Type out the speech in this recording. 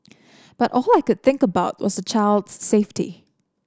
but all I could think about was child's safety